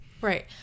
Right